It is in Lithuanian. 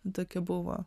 tokia buvo